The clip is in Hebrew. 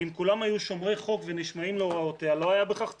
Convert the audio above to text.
אם כולם היו שומרי חוק ונשמעים להוראותיה לא היה בכך צורך,